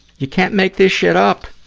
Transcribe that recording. you can't make this shit up.